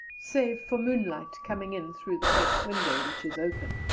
same for moonlight coming in through the french window, which is open.